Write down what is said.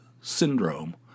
syndrome